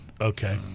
Okay